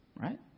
right